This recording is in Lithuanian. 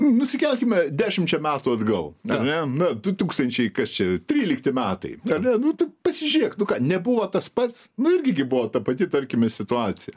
nusikelkime dešimčia metų atgal ar ne na du tūkstančiai kas čia trylikti metai gali nu taip pasižiūrėk nu ką nebuvo tas pats nu irgi gi buvo ta pati tarkime situacija